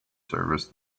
service